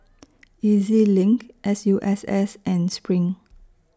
E Z LINK S U S S and SPRING